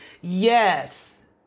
Yes